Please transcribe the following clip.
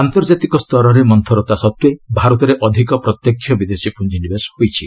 ଆନ୍ତର୍ଜାତିକ ସ୍ତରରେ ମନ୍ତୁରତା ସତ୍ତ୍ୱେ ଭାରତରେ ଅଧିକ ପ୍ରତ୍ୟେକ୍ଷ ବିଦେଶୀ ପୁଞ୍ଜିନିବେଶ ହୋଇଛି